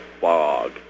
fog